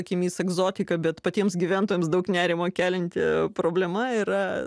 akimis egzotika bet patiems gyventojams daug nerimo kelianti problema yra